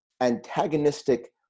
antagonistic